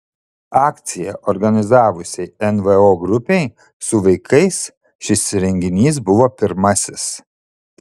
akciją organizavusiai nvo grupei su vaikais šis renginys buvo pirmasis